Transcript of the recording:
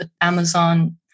Amazon